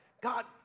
God